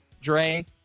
Dre